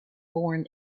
born